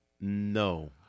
No